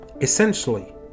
Essentially